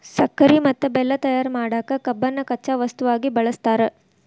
ಸಕ್ಕರಿ ಮತ್ತ ಬೆಲ್ಲ ತಯಾರ್ ಮಾಡಕ್ ಕಬ್ಬನ್ನ ಕಚ್ಚಾ ವಸ್ತುವಾಗಿ ಬಳಸ್ತಾರ